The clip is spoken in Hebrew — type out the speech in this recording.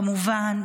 כמובן,